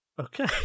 Okay